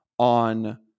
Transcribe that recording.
on